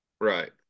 right